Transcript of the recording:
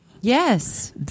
Yes